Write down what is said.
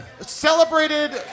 Celebrated